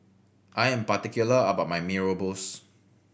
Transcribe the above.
I am particular about my Mee Rebus